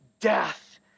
Death